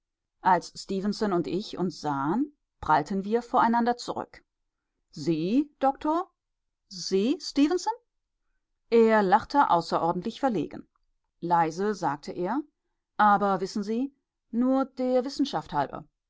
als stefenson und ich uns sahen prallten wir voreinander zurück sie doktor sie stefenson er lachte außerordentlich verlegen leise sagte er aber wissen sie nur der wissenschaft